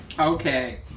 Okay